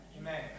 Amen